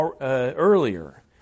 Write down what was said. earlier